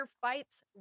fights